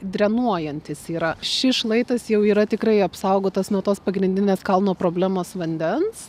drenuojantis yra šis šlaitas jau yra tikrai apsaugotas nuo tos pagrindinės kalno problemos vandens